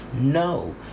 No